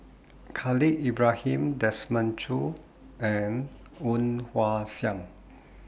Khalil Ibrahim Desmond Choo and Woon Wah Siang